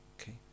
Okay